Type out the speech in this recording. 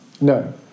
No